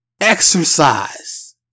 exercise